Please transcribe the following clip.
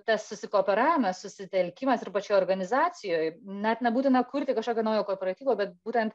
tas susikooperavimas susitelkimas ir pačioj organizacijoj net nebūtina kurti kažkokio naujo kooperatyvo bet būtent